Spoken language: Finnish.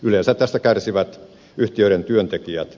yleensä tästä kärsivät yhtiöiden työntekijät